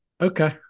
Okay